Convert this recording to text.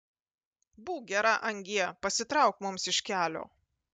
būk gera angie pasitrauk mums iš kelio